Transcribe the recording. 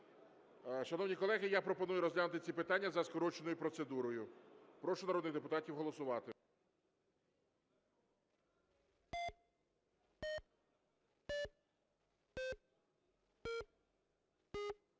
Шановні колеги, я пропоную розглянути ці питання за скороченою процедурою. Прошу народних депутатів голосувати.